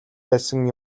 байсан